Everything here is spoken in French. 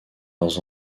leurs